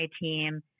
team